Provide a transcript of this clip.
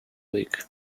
week